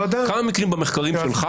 כמה מקרים במחקרים שלך